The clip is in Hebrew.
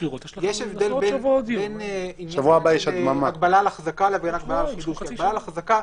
יש הבדל בין עניין של הגבלה לחזקה לבין הגבלה שהיא --- הגבלה לחזקה,